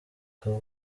ari